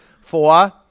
Four